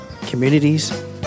communities